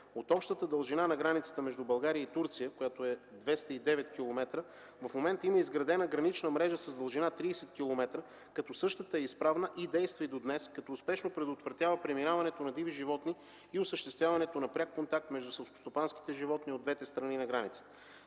От общата дължина на границата между България и Турция която е 209 км, в момента има изградена гранична мрежа с дължина 30 км, като същата е изправна и действа и до днес, като успешно предотвратява преминаването на диви животни и осъществяването на пряк контакт между селскостопанските животни от двете страни на границата.